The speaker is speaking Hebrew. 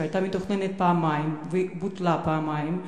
שהיתה מתוכננת פעמיים ובוטלה פעמיים,